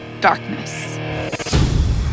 darkness